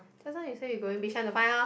just now you say you going bishan to find her